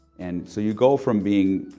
and so you go from being,